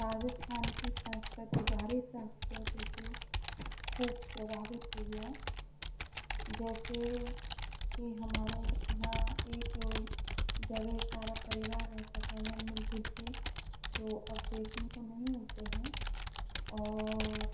राजस्थान की संस्कृति बाहरी संस्कृति से खूब प्रभावित हुई हैं जैसे कि हमारे यहाँ एक जो जगह सारा परिवार रहता था मिल जुल के जो अब देखने को नहीं मिलते हैं और